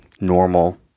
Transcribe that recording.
normal